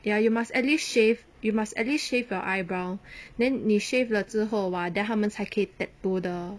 ya you must at least shave you must at least shave your eyebrow then 你 shave 了之后 ah then 他们才可以 tattoo 的